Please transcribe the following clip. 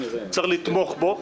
צריך לתמוך בו.